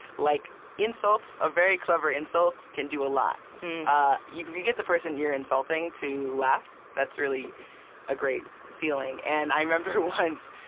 like insults, a very clever insult, can do a lot. ah if you get the person you're insulting to laugh, that's really a great feeling. and i remember once,